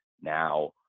Now